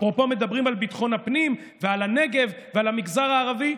אפרופו מדברים על ביטחון הפנים ועל הנגב ועל המגזר הערבי,